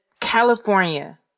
California